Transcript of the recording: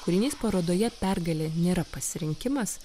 kūriniais parodoje pergalė nėra pasirinkimas